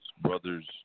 brothers